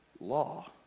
law